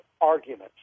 arguments